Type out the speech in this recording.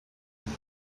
many